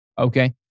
Okay